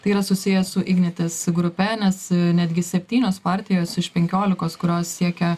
tai yra susiję su ignitis grupe nes netgi septynios partijos iš penkiolikos kurios siekia